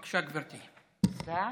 תודה.